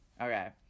Okay